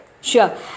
Sure